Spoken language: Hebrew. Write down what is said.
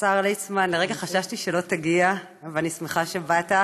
השר ליצמן, לרגע חששתי שלא תגיע, ואני שמחה שבאת.